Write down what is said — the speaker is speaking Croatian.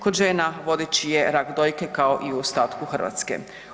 Kod žena vodeći je rak dojke kao i u ostatku Hrvatske.